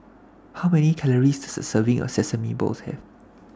How Many Calories Does A Serving of Sesame Balls Have